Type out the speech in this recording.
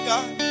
God